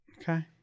Okay